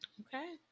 Okay